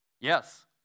Yes